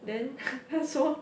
then 他说